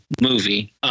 movie